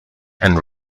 and